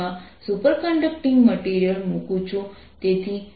હું સિલિન્ડ્રિકલ શેલની સપાટી પર સંદર્ભ બિંદુ લઈશ